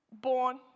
born